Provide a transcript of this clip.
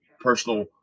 personal